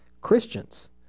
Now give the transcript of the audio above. Christians